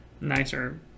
nicer